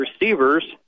receivers